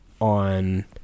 on